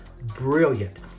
Brilliant